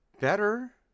Better